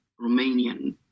Romanian